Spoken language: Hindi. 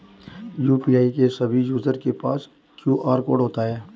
यू.पी.आई के सभी यूजर के पास क्यू.आर कोड होता है